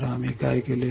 तर आम्ही काय केले